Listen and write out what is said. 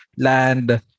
Land